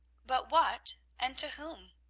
but what, and to whom?